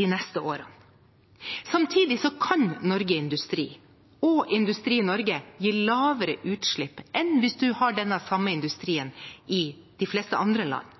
de neste årene. Samtidig er det slik at Norge kan industri, og industri i Norge gir lavere utslipp enn hvis man har den samme industrien i de fleste andre land.